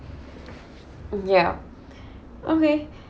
mm ya okay